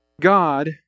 God